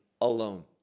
alone